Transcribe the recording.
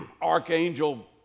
archangel